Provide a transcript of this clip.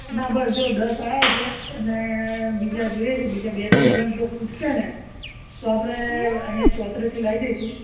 ના બસ જો દસ આવ્યા છે અને બીજા જોઈએ છે બીજા બે ત્રણ જણ જો ખૂટશે ને તો આપણે અહીંયા ચોતરેથી લાવી દઈશું